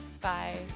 bye